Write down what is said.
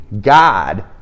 God